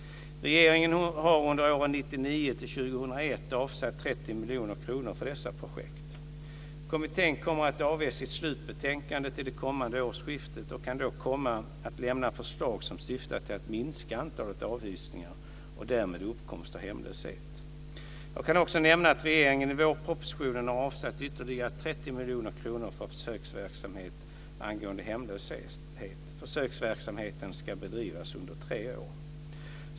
Regeringen har under åren 1999 2001 avsatt 30 miljoner kronor för dessa projekt. Kommittén kommer att avge sitt slutbetänkande till det kommande årsskiftet och kan då komma att lämna förslag som syftar till att minska antalet avhysningar och därmed uppkomst av hemlöshet. Jag kan också nämna att regeringen i vårpropositionen har avsatt ytterligare 30 miljoner kronor för försöksverksamhet angående hemlöshet. Försöksverksamheten ska bedrivas under tre år.